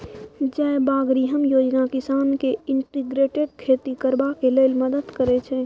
जयबागरिहम योजना किसान केँ इंटीग्रेटेड खेती करबाक लेल मदद करय छै